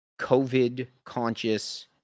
COVID-conscious